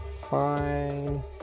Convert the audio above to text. fine